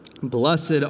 Blessed